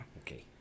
okay